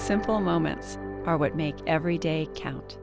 simple moments are what make every day count